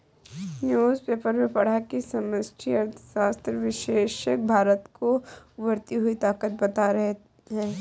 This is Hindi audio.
न्यूज़पेपर में पढ़ा की समष्टि अर्थशास्त्र विशेषज्ञ भारत को उभरती हुई ताकत बता रहे हैं